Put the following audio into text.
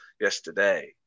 yesterday